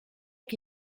che